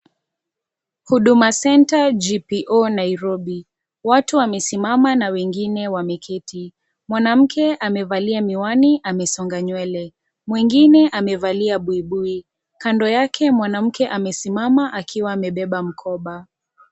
Huduma Centre GPO Nairobi. Watu wamesimama na wengine wameketi. Mwanamke amevalia miwani amesonga nywele. Mwingine amevalia buibui. Kando yake mwanamke amesimama akiwa amebeba mkoba.